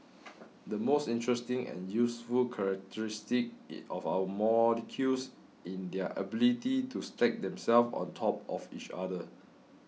the most interesting and useful characteristic of our molecules in their ability to stack themselves on top of each other